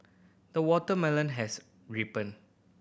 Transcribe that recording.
the watermelon has ripened